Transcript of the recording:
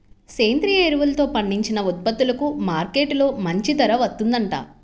సేంద్రియ ఎరువులతో పండించిన ఉత్పత్తులకు మార్కెట్టులో మంచి ధర వత్తందంట